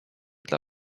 dla